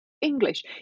English